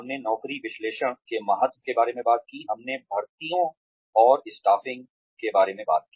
हमने नौकरी विश्लेषण के महत्व के बारे में बात की हमने भर्तियों और स्टाफिंग के बारे में बात की